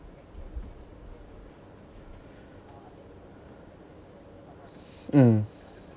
mm